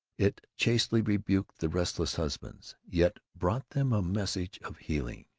it chastely rebuked the restless husbands, yet brought them a message of healing.